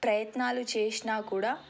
ప్రయత్నాలు చేసినా కూడా